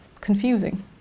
confusing